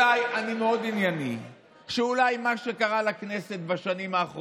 מה הקשר.